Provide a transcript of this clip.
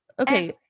Okay